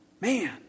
Man